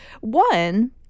one